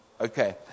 Okay